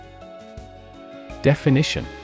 Definition